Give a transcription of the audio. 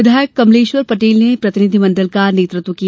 विधायक कमलेश्वर पटेल ने प्रतिनिधि मंडल का नेतृत्व किया